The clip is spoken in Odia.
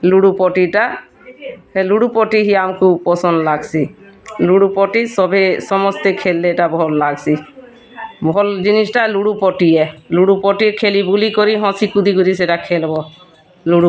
ଲୁଡ଼ୁ ପଟିଟା ହେ ଲୁଡ଼ୁ ପଟି ହିଁ ଆମ୍କୁ ପସନ୍ଦ୍ ଲାଗ୍ସି ଲୁଡ଼ୁ ପଟି ସଭେ ସମସ୍ତେ ଖେଲ୍ଲେ ଏଟା ଭଲ୍ ଲାଗ୍ସି ଭଲ୍ ଜିନିଷ୍ଟା ଲୁଡ଼ୁ ପଟି ଆଏ ଲୁଡ଼ୁ ପଟି ଖେଲିବୁଲିକରି ହଁସିକୁଦିକରି ସେଟା ଖେଲ୍ବ ଲୁଡ଼ୁ